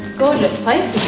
gorgeous place